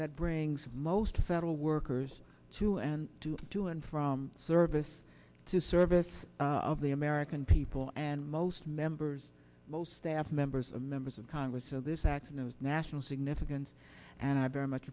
that brings most federal workers to and to do and from service to service of the american people and most members most staff members members of congress so this accident of national significance and i very much